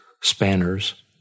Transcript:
Spanners